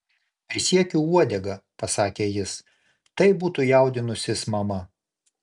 prisiekiu uodega pasakė jis tai būtų jaudinusis mama